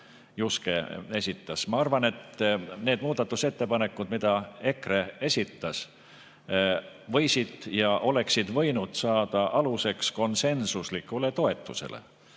Ma arvan, et need muudatusettepanekud, mida EKRE esitas, võisid ja oleksid võinud saada aluseks konsensuslikule toetusele.